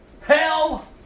hell